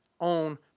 own